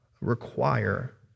require